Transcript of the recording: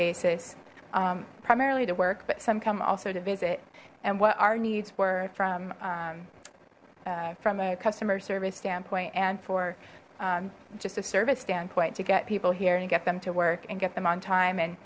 basis primarily to work but some come also to visit and what our needs were from from a customer service standpoint and for just a service standpoint to get people here and get them to work and get them on time and